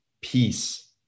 peace